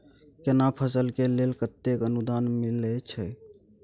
केना फसल के लेल केतेक अनुदान मिलै छै?